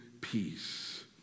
peace